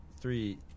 three